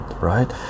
right